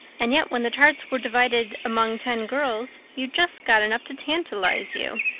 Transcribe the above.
and yet, when the tarts were divided among ten girls you just got enough to tantalize you.